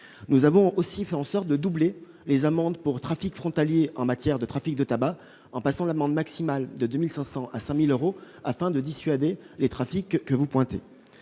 Nous avons aussi fait en sorte de doubler les amendes pour trafic frontalier en matière de trafic de tabac, en passant l'amende maximale de 2 500 euros à 5 000 euros afin de dissuader les trafics que vous pointez.